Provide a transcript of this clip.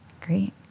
Great